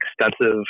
extensive